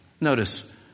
Notice